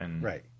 Right